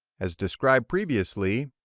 as described previously,